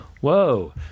Whoa